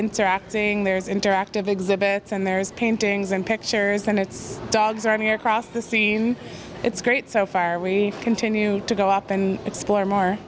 interacting there's interactive exhibits and there's paintings and pictures and it's dogs are here across the scene it's great so far we continue to go up and explore more